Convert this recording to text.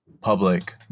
public